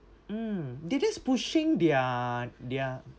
mm they just pushing their their